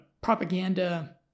propaganda